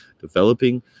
developing